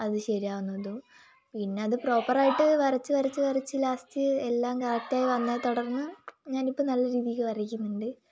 അത് ശരിയാവുന്നതു പിന്നെ അത് പ്രോപ്പർ ആയിട്ട് വരച്ചു വരച്ചു വരച്ചു ലാസ്റ്റ് എല്ലാം കറക്റ്റ് ആയി വന്നെ തുടർന്ന് ഞാനിപ്പോൾ നല്ല രീതിക്ക് വരക്കുന്നുണ്ട്